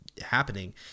happening